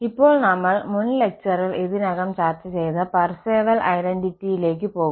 ഇപ്പോൾ നമ്മൾ മുൻ ലെക്ചറിൽ ഇതിനകം ചർച്ച ചെയ്ത പാർസെവൽ ഐഡന്റിറ്റിയിലേക്ക് പോകും